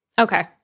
Okay